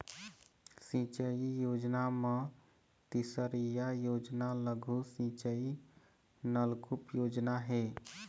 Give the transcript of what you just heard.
सिंचई योजना म तीसरइया योजना लघु सिंचई नलकुप योजना हे